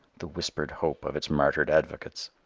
the whispered hope of its martyred advocates.